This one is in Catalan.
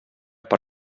per